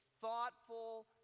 thoughtful